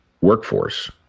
workforce